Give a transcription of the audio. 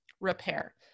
repair